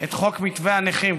את חוק מתווה הנכים,